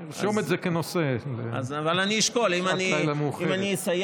אני ארשום את זה כנושא לשעת לילה מאוחרת.